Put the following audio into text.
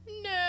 No